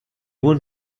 want